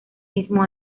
mismo